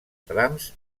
trams